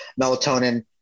melatonin